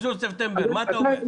1 בספטמבר מה אתה אומר?